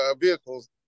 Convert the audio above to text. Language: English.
vehicles